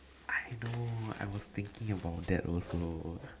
I know I was thinking about that also